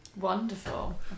Wonderful